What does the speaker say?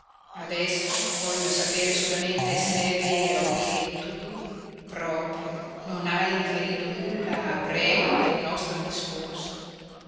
adesso voglio sapere solamente se è vero che tu proprio non hai riferito nulla a predu del nostro discorso